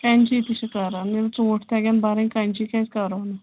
کَنچی تہِ چھِ کران ییٚلہِ ژوٗنٛٹھۍ تَگن بَرٕنۍ کَنچی کیازِ کَرو نہٕ